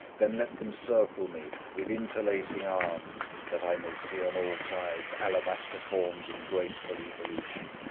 then let them circle me, with interlacing arms, that i may see on all sides alabaster forms in graceful evolution,